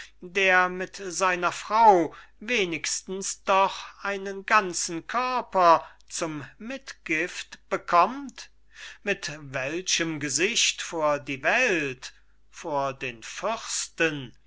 der mit seiner frau wenigstens doch einen ganzen körper zum mitgift bekommt mit welchem gesicht vor die welt vor den fürsten